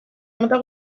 mota